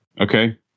Okay